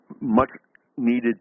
much-needed